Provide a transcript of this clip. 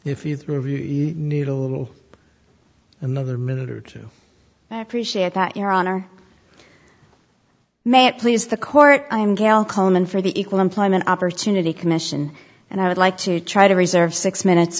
needle another minute or two but i appreciate that your honor may it please the court i'm gail coleman for the equal employment opportunity commission and i would like to try to reserve six minutes